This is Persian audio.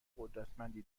قدرتمندی